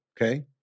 okay